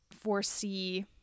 foresee